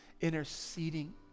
interceding